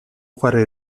fare